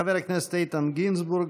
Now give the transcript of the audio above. חבר הכנסת איתן גינזבורג,